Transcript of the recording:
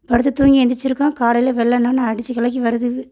படுத்து தூங்கி எந்திருச்சுருக்கோம் காலையில் வெள்ளன்னோன்னே அடிச்சு கலக்கி வருது